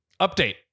Update